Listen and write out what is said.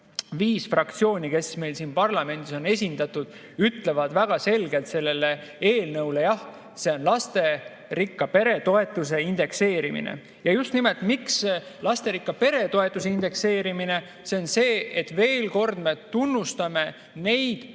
viis fraktsiooni, kes meil siin parlamendis on esindatud, ütlevad väga selgelt sellele eelnõule jah –, on lasterikka pere toetuse indekseerimine. Miks just nimelt lasterikka pere toetuse indekseerimine? See on sellepärast, et veel kord me tunnustame neid